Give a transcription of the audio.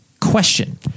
question